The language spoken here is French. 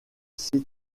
site